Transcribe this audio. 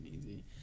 easy